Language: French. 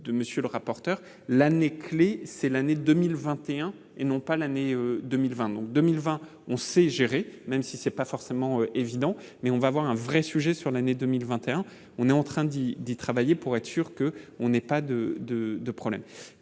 de monsieur le rapporteur, l'année clé, c'est l'année 2021 et non pas l'année 2020 donc 2020 on sait gérer, même si c'est pas forcément évident mais on va voir un vrai sujet sur l'année 2021, on est en train d'y d'y travailler pour être sûr que on n'ait pas de, de,